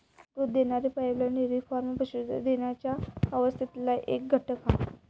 दूध देणारी pipeline dairy farm पशू देण्याच्या व्यवस्थेतला एक घटक हा